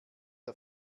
der